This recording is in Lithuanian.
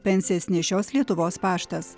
pensijas nešios lietuvos paštas